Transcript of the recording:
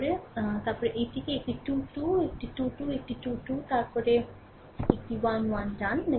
তারপরে তারপরে এইটিকে একটি 2 2 একটি 2 2 একটি 2 2 তারপর একটি 1 1 ডান